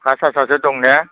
फास हाजारसो दं ने